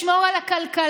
צריך לשמור על הכלכלה.